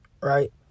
Right